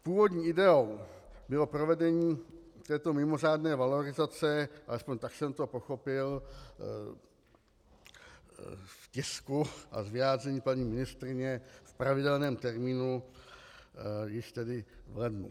Původní ideou bylo provedení této mimořádné valorizace, alespoň tak jsem to pochopil z tisku a z vyjádření paní ministryně, v pravidelném termínu, již tedy v lednu.